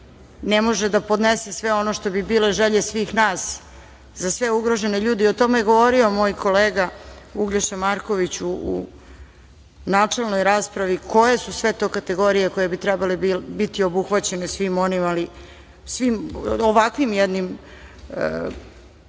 ne može da podnese sve ono što bi bile želje svih nas za sve ugrožene ljude. O tome je govorio moj kolega Uglješa Marković u načelnoj raspravi, koje su sve to kategorije koje bi trebalo da budu obuhvaćene ovakvim jednim